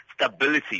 stability